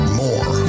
more